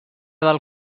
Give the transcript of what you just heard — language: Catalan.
del